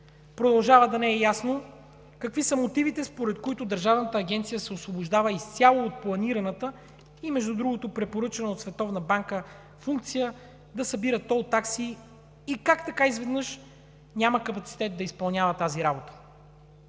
Продължава да не е ясно какви са мотивите, според които държавната агенция се освобождава изцяло от планираната и, между другото, препоръчана от Световната банка функция да събира тол такси и как така изведнъж няма капацитет да изпълнява тази работа.